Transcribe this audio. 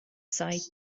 side